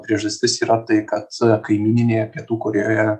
priežastis yra tai kad kaimyninėje pietų korėjoje